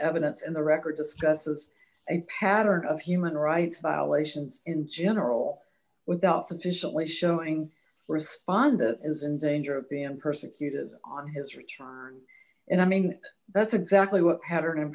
evidence in the record discusses a pattern of human rights violations in general without sufficiently showing respond is in danger of being persecuted on his return and i mean that's exactly what pattern